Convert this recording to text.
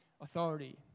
authority